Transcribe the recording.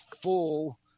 full